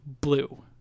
blue